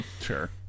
Sure